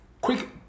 Quick